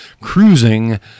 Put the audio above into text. cruising